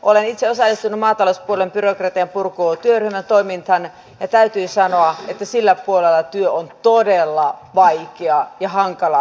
olen itse osallistunut maatalouspuolen byrokratian purkuun työryhmän toimintaan ja täytyy sanoa että sillä puolella työ on todella vaikeaa ja hankalaa